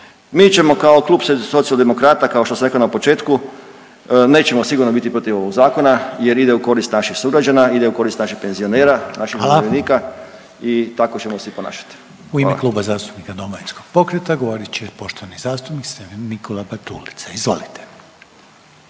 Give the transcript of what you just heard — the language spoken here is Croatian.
Mi ćemo kao Klub Socijaldemokrata kao što sam rekao na početku, nećemo sigurno biti protiv ovog zakona jer ide u korist naših sugrađana, ide u korist naših penzionera, naših umirovljenika i tako ćemo …/Govornik se ne razumije/…. Hvala. **Reiner, Željko (HDZ)** Hvala. U ime Kluba zastupnika Domovinskog pokreta govorit će poštovani zastupnik Stephen Nikola Bartulica, izvolite.